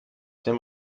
dem